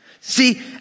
See